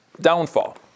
downfall